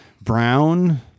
brown